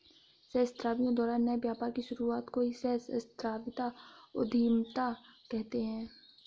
सहस्राब्दियों द्वारा नए व्यापार की शुरुआत को ही सहस्राब्दियों उधीमता कहते हैं